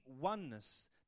oneness